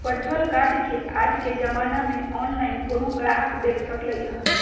virtual card के आज के जमाना में ऑनलाइन कोनो गाहक देख सकलई ह